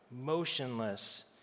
motionless